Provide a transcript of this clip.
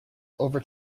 over